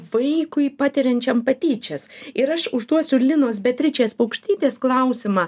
vaikui patiriančiam patyčias ir aš užduosiu linos beatričės paukštytės klausimą